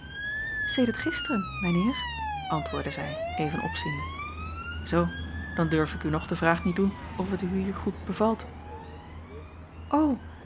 sedert gisteren eerst mijn heer antwoordde zij even opziende zoo dan durf ik u nog de vraag niet doen of het u hier goed bevalt